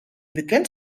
bekend